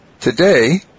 Today